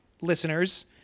listeners